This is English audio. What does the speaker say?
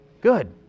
Good